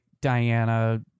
Diana